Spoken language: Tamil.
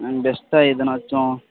ஆ பெஸ்ட்டாக எதுனாச்சும்